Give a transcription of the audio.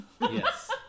Yes